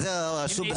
זה מה שאתם עשיתם.